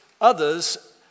others